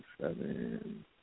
seven